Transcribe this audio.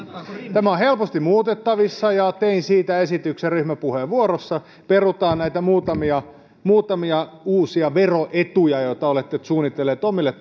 tämä on helposti muutettavissa ja tein siitä esityksen ryhmäpuheenvuorossa perutaan näitä muutamia muutamia uusia veroetuja joita olette suunnitelleet omille